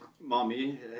Mommy